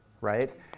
right